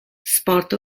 sport